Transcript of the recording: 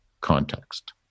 context